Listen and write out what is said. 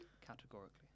categorically